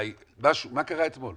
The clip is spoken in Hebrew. מה קרה אתמול?